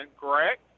correct